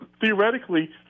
Theoretically